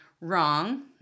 wrong